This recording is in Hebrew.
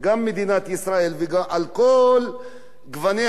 על כל גוני האוכלוסייה שלה,